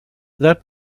that